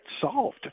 solved